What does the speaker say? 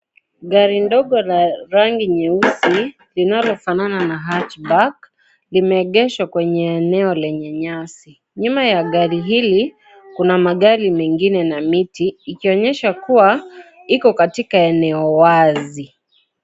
Gari ndogo la rangi nyeusi linalofanana na hatchbag ,limeegeshwa kwenye eneo lenye nyasi. Nyuma ya gari hili, kuna magari mengine na miti ikionyesha kuwa iko katika eneo wazi.